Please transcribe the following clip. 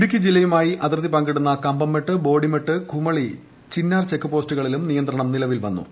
ഇടുക്കി ജില്ലയുമായി അതിർത്തി പ്ലങ്കിടുന്ന കമ്പംമെട്ട് ബോഡിമെട്ട് കുമളി ചിന്നാർ ചെക്ക് പോസ്റ്റുകളിലും നിയന്ത്രണം നിലവിൽ വന്നു